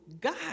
God